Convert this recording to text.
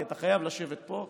כי אתה חייב לשבת פה,